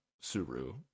Suru